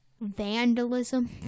vandalism